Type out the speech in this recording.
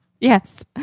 Yes